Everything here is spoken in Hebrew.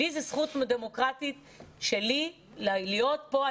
לי זה זכות דמוקרטית שלי להיות פה.